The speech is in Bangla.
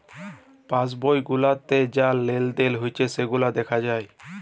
পাস বই গুলাতে যা লেলদেল হচ্যে সেগুলা দ্যাখা যায়